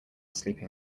sleeping